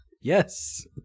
yes